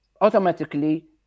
automatically